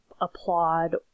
applaud